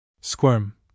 Squirm